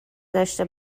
داشته